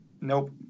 Nope